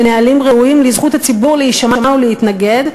לנהלים ראויים לזכות הציבור להישמע ולהתנגד,